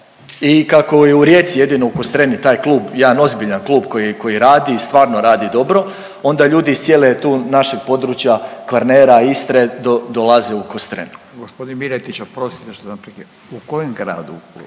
I kako je u Rijeci jedino u Kostreni taj klub, jedan ozbiljan klub koji radi i stvarno radi dobro, onda ljudi iz cijelog tu našeg područja Kvarnera, Istre dolaze u Kostrenu. …/Upadica Radin: Gospodin Miletić oprostite